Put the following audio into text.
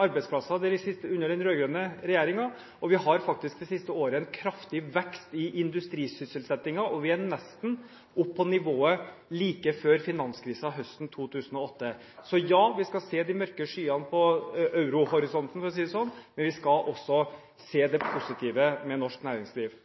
arbeidsplasser under den rød-grønne regjeringen. Vi har faktisk det siste året en kraftig vekst i industrisysselsettingen, og vi er nesten oppe på nivået like før finanskrisen høsten 2008. Så ja, vi skal se de mørke skyene på eurohorisonten, for å si det sånn, men vi skal også se det positive ved norsk næringsliv.